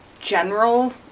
general